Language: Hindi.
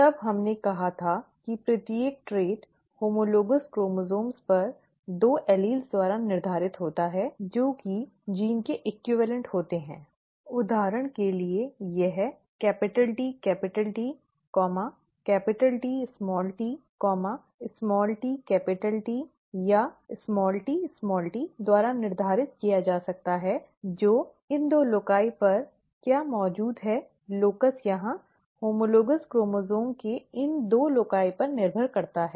तब हमने कहा था कि प्रत्येक ट्रेट हॉमॉलॅगॅस क्रोमोसोम पर दो एलील द्वारा निर्धारित होता है जो कि जीन के समतुल्य होते हैं उदाहरण के लिए यह TT Tt tT या tt द्वारा निर्धारित किया जा सकता है जो इन दो लोको पर क्या मौजूद है लोकस यहाँ हॉमॉलॅगॅस क्रोमोसोम के इन दो loci पर निर्भर करता है